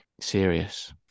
serious